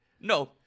No